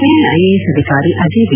ಹಿರಿಯ ಐಎಎಸ್ ಅಧಿಕಾರಿ ಅಜಯ್ ವಿ